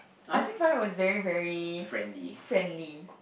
I think Farouk was very very friendly